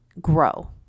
grow